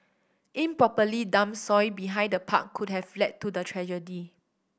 improperly dumped soil behind the park could have led to the tragedy